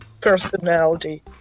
personality